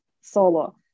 solo